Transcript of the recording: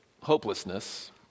hopelessness